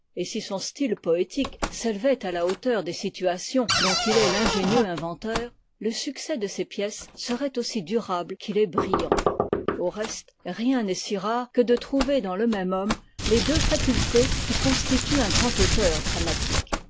et si son style poétique s'élevait à la hauteur des situations dont il est l'ingénieux inventeur le succès de ses pièces serait aussi durable qu'il est brillant au reste rien n'est si rare que de trouver dans le même homme les deux facultés qui constituent un grand auteur dramatique